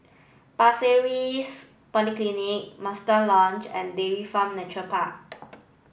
Pasir Ris Polyclinic Mandai Lodge and Dairy Farm Nature Park